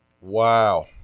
Wow